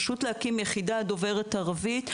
פשוט להקים יחידה דוברת ערבית.